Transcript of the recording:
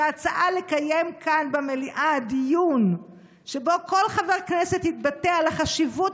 שההצעה לקיים כאן במליאה דיון שבו כל חבר כנסת יתבטא על החשיבות